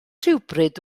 rhywbryd